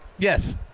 Yes